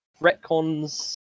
retcons